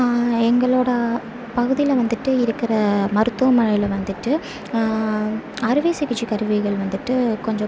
எங்களோடய பகுதியில் வந்திட்டு இருக்கிற மருத்துவமனையில் வந்திட்டு அறுவை சிகிச்சை கருவிகள் வந்திட்டு கொஞ்சம்